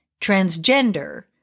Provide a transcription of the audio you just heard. transgender